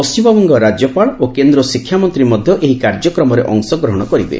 ପଶ୍ଚିମବଙ୍ଗ ରାଜ୍ୟପାଳ ଓ କେନ୍ଦ୍ର ଶିକ୍ଷାମନ୍ତ୍ରୀ ମଧ୍ୟ ଏହି କାର୍ଯ୍ୟକ୍ରମରେ ଅଂଶଗ୍ରହଣ କରିବେ